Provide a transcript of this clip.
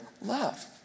love